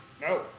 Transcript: No